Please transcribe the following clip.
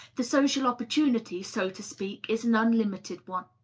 the social opportunity, so to speak, is an unlimited one.